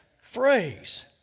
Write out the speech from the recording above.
phrase